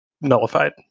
nullified